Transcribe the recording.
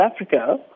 Africa